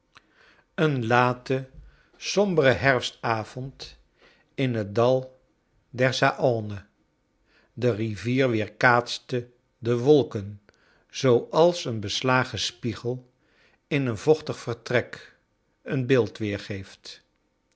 een late sombere herfstavond in het dal der saone de rivier weerkaatste de wolken zooals een beslagen spiegel in een vochtig vertrek een beeld weergeeft